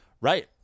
Right